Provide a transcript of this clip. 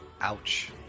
Ouch